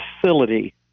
facility